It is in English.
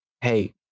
hey